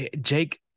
Jake